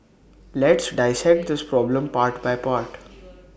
let's dissect this problem part by part